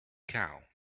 cow